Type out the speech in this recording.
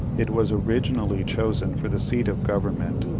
it was originally chosen for the seat of government,